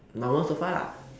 normal sofa lah